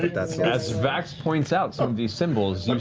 as vax points out some of these symbols,